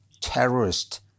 terrorist